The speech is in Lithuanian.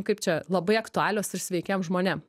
kaip čia labai aktualios ir sveikiem žmonėm